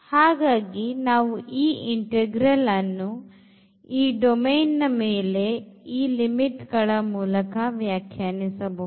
ಹಾಗಾಗಿ ನಾವು ಈ integral ಅನ್ನು ಈ domain ಮೇಲೆ ಈ limit ಮೂಲಕ ವ್ಯಾಖ್ಯಾನಿಸಬಹುದು